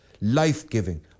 life-giving